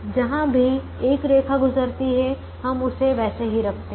जहां भी एक रेखा गुजरती है हम उसे वैसे ही रखते हैं